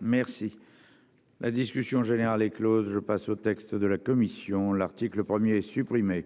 Merci. La discussion générale est Close. Je passe au texte de la commission. L'article 1er supprimé